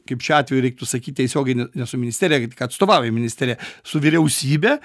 kaip šiuo atveju reiktų sakyt tiesiogiai ne ne su ministerija tik atstovaujam ministeriją su vyriausybe